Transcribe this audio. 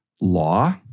law